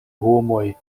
homoj